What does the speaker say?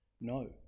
No